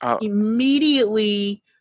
immediately